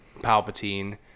Palpatine